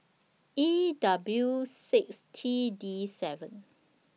E W six T D seven